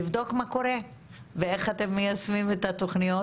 לבדוק מה קורה ואיך אתם מיישמים את התוכניות,